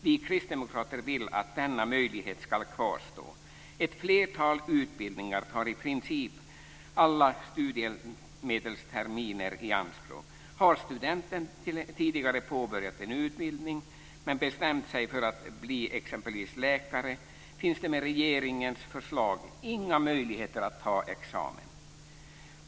Vi kristdemokrater vill att denna möjlighet ska kvarstå. Ett flertal utbildningar tar i princip alla studiemedelsterminer i anspråk. Har studenten tidigare påbörjat en utbildning men bestämt sig för att bli exempelvis läkare finns det med regeringens förslag inga möjligheter att ta examen.